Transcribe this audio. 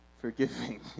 forgiving